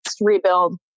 rebuild